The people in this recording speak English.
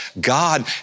God